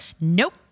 Nope